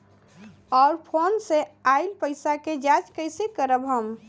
और फोन से आईल पैसा के जांच कैसे करब हम?